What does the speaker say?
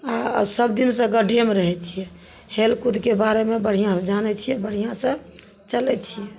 सब दिनसँ गड्ढेमे रहय छियै हेल कूदके बारेमे बढ़िआँसँ जानय छियै बढ़िआँसँ चलय छियै